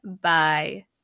Bye